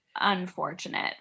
unfortunate